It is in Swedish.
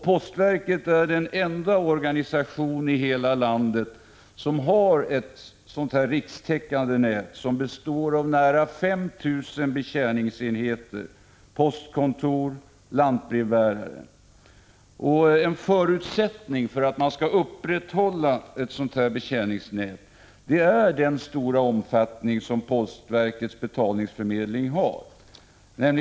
Postverket är den enda organisation i hela landet som har ett rikstäckande nät, vilket består av nära 5 000 betjäningsenheter — postkontor och lantbrevbärare. En förutsättning för att man skall kunna upprätthålla ett sådant betjäningsnät är den stora omfattning som postverkets betalningsförmedling har.